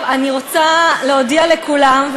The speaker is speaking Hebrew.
אני רוצה להודיע לכולם,